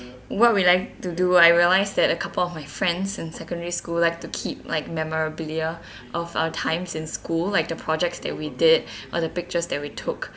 what we like to do I realised that a couple of my friends in secondary school like to keep like memorabilia of our times in school like the projects that we did or the pictures that we took